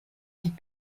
die